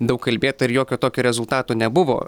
daug kalbėta ir jokio tokio rezultato nebuvo